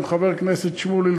עם חבר הכנסת שמולי,